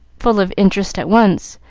full of interest at once,